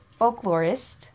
folklorist